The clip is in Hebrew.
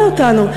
אותנו.